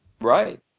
Right